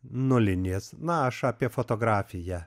nulinės na aš apie fotografiją